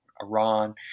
Iran